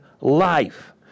life